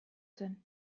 zen